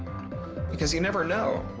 because you never know,